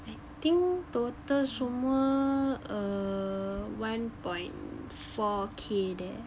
I think total semua err one point four K there